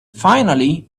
finally